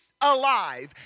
alive